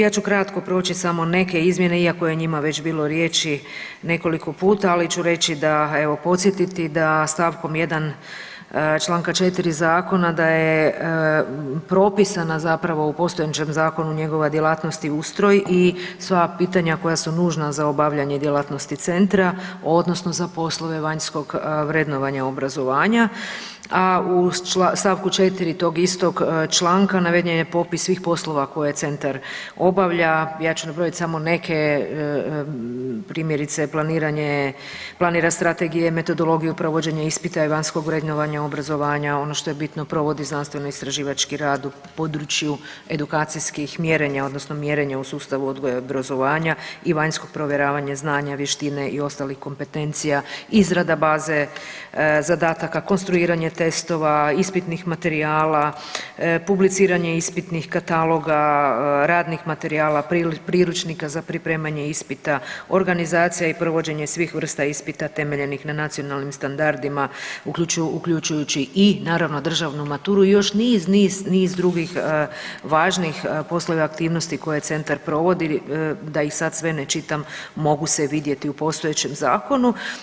Ja ću kratko proći samo neke izmjene iako je o njima već bilo riječi nekoliko puta, ali ću reći da evo podsjetit da stavkom 1. čl. 4. Zakona, da je propisana zapravo u postojećem zakonu njegova djelatnost i ustroj i sva pitanja koja su nužna za obavljanje djelatnosti centra, odnosno za poslove vanjskog vrednovanja obrazovanja, a uz stavku 4. tog istog članka, naveden je popis svih poslova koje centar obavlja, ja ću nabrojat samo neke primjerice, planiranje strategije i metodologiju provođenja ispita i vanjskog vrednovanja i obrazovanja, ono što je bitno, provodi znanstveno-istraživački rad u području edukacijskih mjerenja odnosno mjerenja u sustavu odgoja i obrazovanja i vanjskog provjeravanja znanja, vještine i ostalih kompetencija, izrada baze zadataka, konstruiranje testova, ispitnih materijala, publiciranje ispitnih kataloga, radnih materijala, priručnika za pripremanja ispita, organizacija i provođenje svih vrsta ispita temeljenih na nacionalnim standardima, uključujući i naravno državnu maturu i još niz, niz, niz drugih važnih poslova i aktivnosti koje centar provodi, da ih sad sve ne čitam, mogu se vidjeti u postojećem zakonu.